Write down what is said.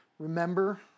Remember